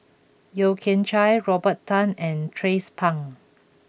Yeo Kian Chai Robert Tan and Tracie Pang